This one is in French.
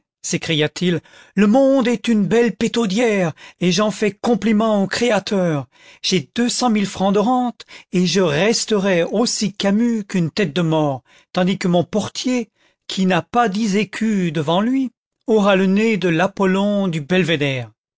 s'écria-t-il le monde est une belle pétaudière et j'en fais complimentau créa teur j'ai deux cent mille francs de rente et je resterai aussi camus qu'une tête de mort tandis que mon portier qui n'a pas dix écus devant lui aura le nez de l'apollon du belvédère